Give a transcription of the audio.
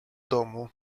domu